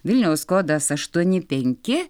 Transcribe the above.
vilniaus kodas aštuoni penki